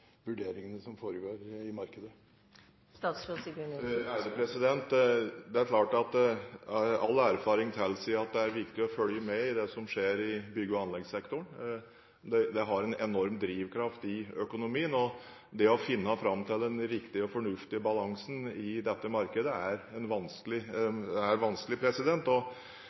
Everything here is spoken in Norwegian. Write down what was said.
vurderingene som foregår i markedet. Det er klart at all erfaring tilsier at det er viktig å følge med i det som skjer i bygge- og anleggssektoren. Det har en enorm drivkraft i økonomien. Det å finne fram til den riktige og fornuftige balansen i dette markedet er